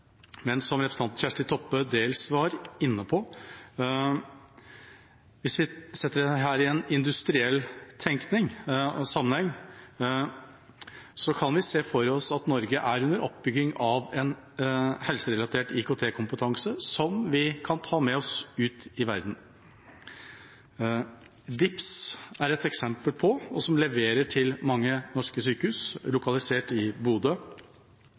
men – som representanten Kjersti Toppe dels var inne på – hvis vi setter dette i en industriell sammenheng, kan vi se for oss at Norge er under oppbygging av en helserelatert IKT-kompetanse som vi kan ta med oss ut i verden. DIPS er et eksempel på dette. De leverer til mange norske sykehus, er lokalisert i Bodø,